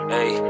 Hey